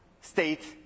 state